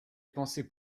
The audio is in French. pensé